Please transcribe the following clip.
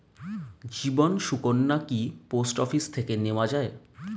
জীবন সুকন্যা কি post office থেকে নেওয়া যায়?